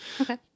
okay